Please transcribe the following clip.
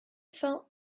felt